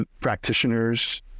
practitioners